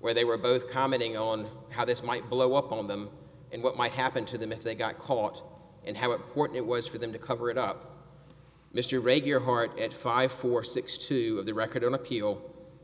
where they were both commenting on how this might blow up on them and what might happen to them if they got caught and how important it was for them to cover it up mr regular heart at five four six two of the record on appeal